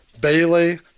Bailey